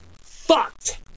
fucked